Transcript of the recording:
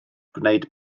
gwneud